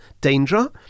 danger